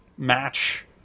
match